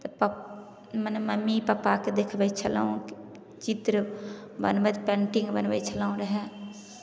तऽ प् मने मम्मी पप्पाकेँ देखबै छलहुँ चित्र बनबैत पेन्टिंग बनबै छलहुँ रहय